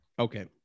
Okay